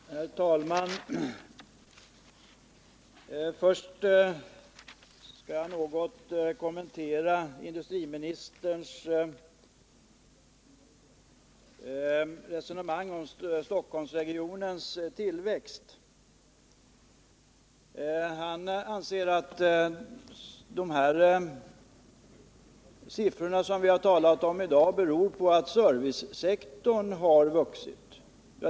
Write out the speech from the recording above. Herr talman! Först skall jag något kommentera industriministerns resonemang om Stockholmsregionens tillväxt. Han anser att den utveckling som vi talar om i dag beror på servicesektorns tillväxt.